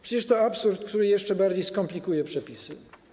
Przecież to absurd, który jeszcze bardziej skomplikuje przepisy.